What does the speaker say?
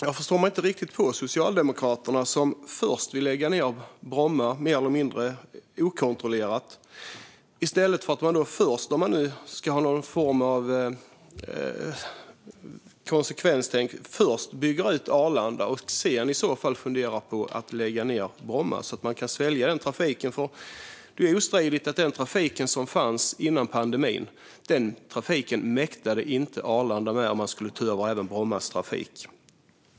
Jag förstår mig inte riktigt på Socialdemokraterna som först vill lägga ned Bromma mer eller mindre okontrollerat, i stället för att först bygga ut Arlanda - om man ska ha någon form av konsekvenstänk - och sedan i så fall fundera på att lägga ned Bromma, för att kunna svälja den trafiken. Det är ostridigt att Arlanda, med den trafik som fanns före pandemin, inte skulle mäkta med att ta över även Brommas trafik.